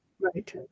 right